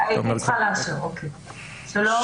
שלום,